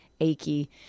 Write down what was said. achy